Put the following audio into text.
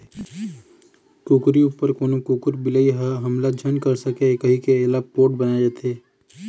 कुकरी उपर कोनो कुकुर, बिलई ह हमला झन कर सकय कहिके एला पोठ बनाए जाथे